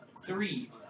three